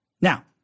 Now